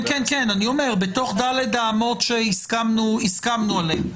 כן, כן, בתוך ד' האמות שהסכמנו עליהן.